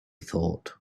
thought